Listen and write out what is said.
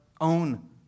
own